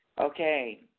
Okay